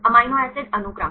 amino acid अनुक्रम